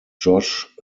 josh